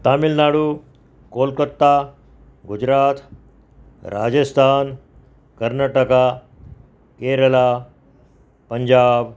Tamil Nadu Kolkata Gujarat Rajasthan Karnataka Kerala Punjab